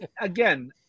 again